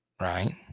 right